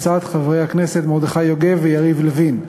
הצעות לסדר-היום של חברי הכנסת מרדכי יוגב ויריב לוין.